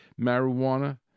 marijuana